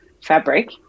fabric